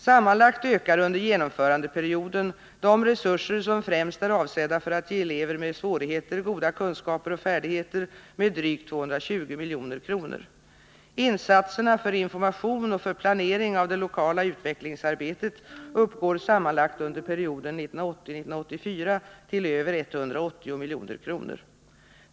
Sammanlagt ökar under genomförandeperioden de resurser som främst är avsedda för att ge elever med svårigheter goda kunskaper och färdigheter med drygt 220 milj.kr. Insatserna för information och för planering av det lokala utvecklingsarbetet uppgår sammanlagt under perioden 1980-1984 till över 180 milj.kr.